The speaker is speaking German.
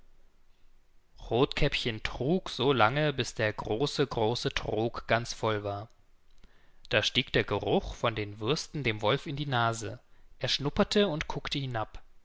rothkäppchen trug so lange bis der große große trog ganz voll war da stieg der geruch von den würsten dem wolf in die nase er schnupperte und guckte hinab